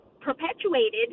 perpetuated